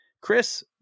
Chris